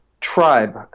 tribe